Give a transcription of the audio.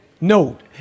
note